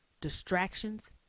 distractions